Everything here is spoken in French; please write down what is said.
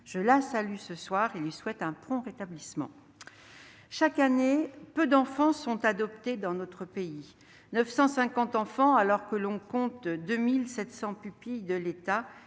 Je la salue et lui souhaite un prompt rétablissement. Chaque année, 950 enfants sont adoptés dans notre pays. C'est peu, alors que l'on compte 2 700 pupilles de l'État